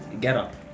getup